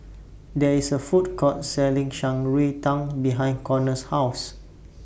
There IS A Food Court Selling Shan Rui Tang behind Connor's House